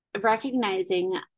recognizing